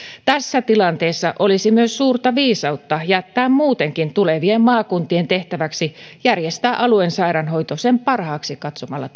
tässä tilanteessa olisi myös suurta viisautta jättää muutenkin tulevien maakuntien tehtäväksi järjestää alueen sairaanhoito sen parhaaksi katsomalla